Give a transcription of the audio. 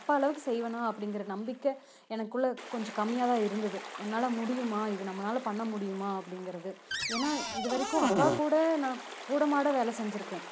அப்பா அளவுக்கு செய்வேனா அப்டிங்கிற நம்பிக்கை எனக்குள்ளே கொஞ்சம் கம்மியாக தான் இருந்துது என்னால் முடியுமா இதை நம்மளாள பண்ண முடியுமா அப்படிங்கிறது ஏன்னா இதுவரைக்கும் அப்பா கூட நான் கூட மாட வேலை செஞ்சுருக்கேன்